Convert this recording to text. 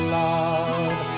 love